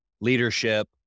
leadership